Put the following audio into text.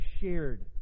shared